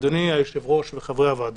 אדוני היושב-ראש וחברי הוועדה,